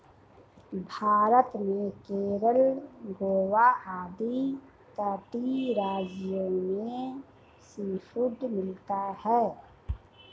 भारत में केरल गोवा आदि तटीय राज्यों में सीफूड मिलता है